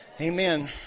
amen